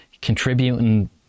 contributing